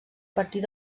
partir